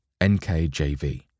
NKJV